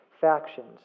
factions